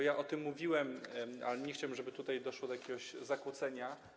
Ja o tym mówiłem, a nie chciałbym, żeby doszło do jakiegoś zakłócenia.